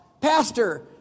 pastor